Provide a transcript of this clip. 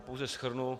Pouze shrnu.